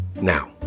Now